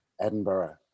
Edinburgh